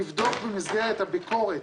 לבדוק במסגרת הביקורת,